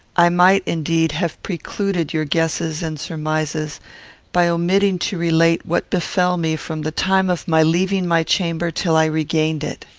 i might, indeed, have precluded your guesses and surmises by omitting to relate what befell me from the time of my leaving my chamber till i regained it.